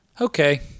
okay